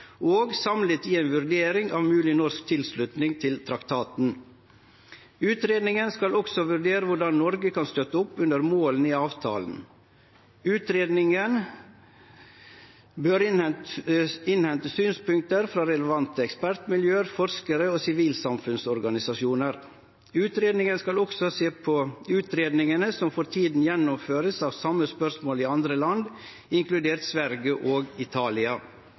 og samlet gi en vurdering av mulig norsk tilslutning til traktaten. Utredningen skal også vurdere hvordan Norge kan støtte opp under målene i avtalen. Utredningen bør innhente synspunkter fra relevante ekspertmiljøer, forskere og sivilsamfunnsorganisasjoner. Utredningen skal også se på utredningene som for tiden gjennomføres av samme spørsmål i andre land, inkludert Sverige og Italia,